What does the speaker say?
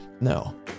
No